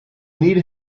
need